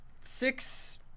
six